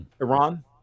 Iran